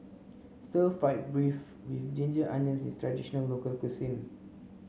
stir fried beef with ginger onions is a traditional local cuisine